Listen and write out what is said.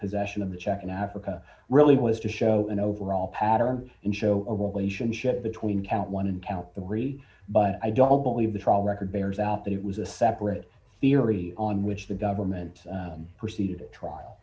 possession of the check in africa really was to show an overall pattern and show a relationship between count one and count the wary but i don't believe the trial record bears out that it was a separate theory on which the government proceeded to trial